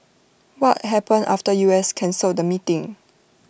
what happened after U S cancelled the meeting